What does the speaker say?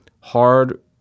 hard